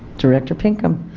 director pinkham.